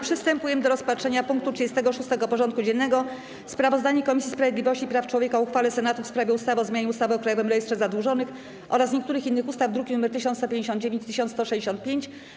Przystępujemy do rozpatrzenia punktu 36. porządku dziennego: Sprawozdanie Komisji Sprawiedliwości i Praw Człowieka o uchwale Senatu w sprawie ustawy o zmianie ustawy o Krajowym Rejestrze Zadłużonych oraz niektórych innych ustaw (druki nr 1159 i 1165)